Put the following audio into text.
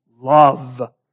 love